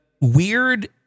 weird